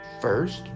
First